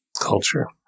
culture